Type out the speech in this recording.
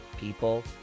people